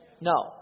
No